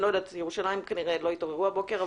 ירושלים כנראה עוד לא התעוררו הבוקר,